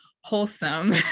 wholesome